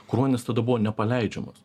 kruonis tada buvo nepaleidžiamas